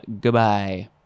Goodbye